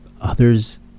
others